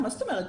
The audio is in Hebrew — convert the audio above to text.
מה זאת אומרת?